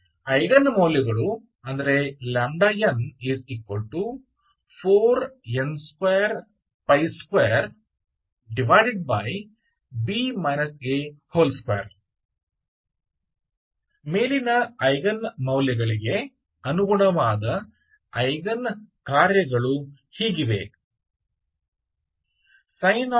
eigen ಮೌಲ್ಯಗಳು n4n222 ಮೇಲಿನ eigen ಮೌಲ್ಯಗಳಿಗೆ ಅನುಗುಣವಾದ ಐಗನ್ ಕಾರ್ಯಗಳು ಹೀಗಿವೆ